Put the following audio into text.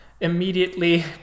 immediately